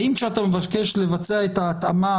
האם כשאתה מבקש לבצע את ההתאמה,